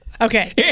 Okay